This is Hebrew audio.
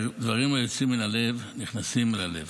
דברים היוצאים מן הלב, נכנסים ללב.